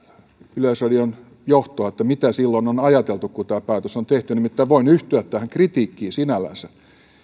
yleisradion johtoa mitä silloin on ajateltu kun tämä päätös on tehty nimittäin voin yhtyä tähän kritiikkiin sinällänsä